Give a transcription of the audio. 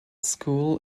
school